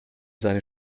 seine